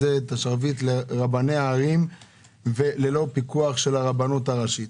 השרביט לרבני הערים ללא פיקוח של הרבנות הראשית.